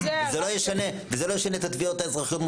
וזה לא ישנה את התביעות האזרחיות מולכם,